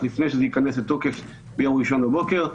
לפני שזה ייכנס לתוקף ביום ראשון בבוקר.